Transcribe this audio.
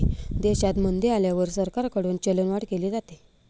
देशात मंदी आल्यावर सरकारकडून चलनवाढ केली जाते